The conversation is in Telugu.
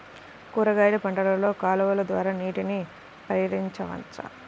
కూరగాయలు పంటలలో కాలువలు ద్వారా నీటిని పరించవచ్చా?